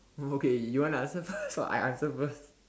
oh okay you want to answer first or I answer first